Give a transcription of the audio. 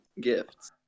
gifts